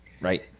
Right